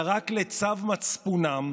בעזה וביהודה ושומרון,